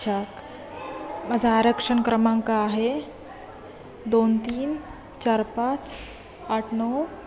अच्छा माझं आरक्षण क्रमांक आहे दोन तीन चार पाच आठ नऊ